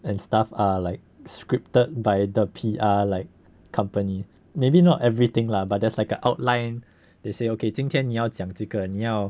and stuff are like scripted by the P_R like company maybe not everything lah but there's like a outline they said okay 今天你要讲几个你要